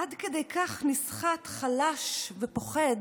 עד כדי כך נסחט, חלש ופוחד,